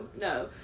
no